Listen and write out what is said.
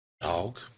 dog